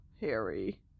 Harry